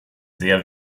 sehr